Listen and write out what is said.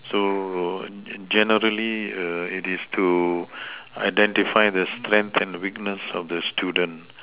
so generally err it is to identify the strength and weakness of the student